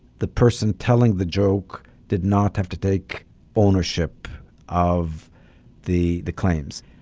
the person telling the joke did not have to take ownership of the the claims.